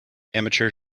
amateur